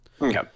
Okay